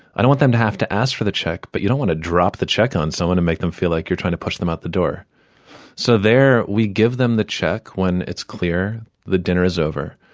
i don't want them to have to ask for the check, but you don't want to drop the check on someone and make them feel like you're trying to push them out the door so, we give them the check when it's clear the dinner is over,